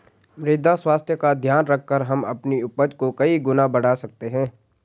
मृदा स्वास्थ्य का ध्यान रखकर हम अपनी उपज को कई गुना बढ़ा सकते हैं